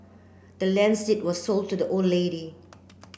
the land's deed were sold to the old lady